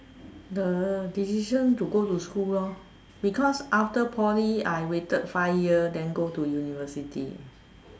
the decision to go to school lor because after poly I waited five year then go to university